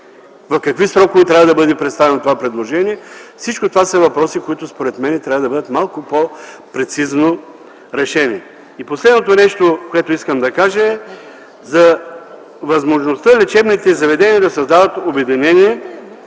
В какви срокове трябва да бъде представено това предложение? Всичко това са въпроси, които според мен трябва да бъдат малко по-прецизно решени. И последното нещо, което искам да кажа, е за възможността лечебните заведения да създават обединения,